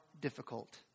difficult